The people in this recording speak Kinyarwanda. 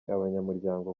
abanyamuryango